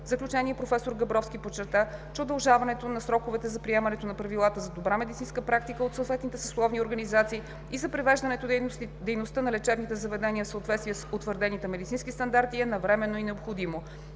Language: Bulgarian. В заключение, професор Габровски подчерта, че удължаването на сроковете за приемането на правилата за добра медицинска практика от съответните съсловни организации и за привеждането дейността на лечебните заведения в съответствие с утвърдените медицински стандарти е навременно и необходимо.